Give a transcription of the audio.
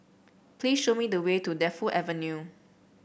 please show me the way to Defu Avenue